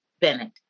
Bennett